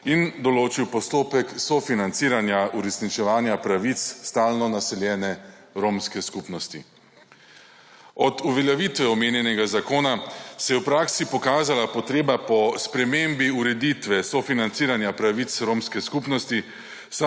in določil postopek sofinanciranja uresničevanja pravic stalno naseljene romske skupnosti. Od uveljavitve omenjenega zakona se je v praksi pokazala potreba po spremembi ureditve sofinanciranja pravic romske skupnosti,